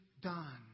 done